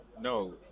No